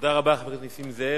תודה רבה, חבר הכנסת נסים זאב.